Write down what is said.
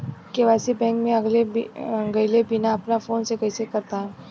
KYC bank मे गएले बिना अपना फोन से कइसे कर पाएम?